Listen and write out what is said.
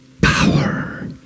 Power